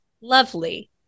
lovely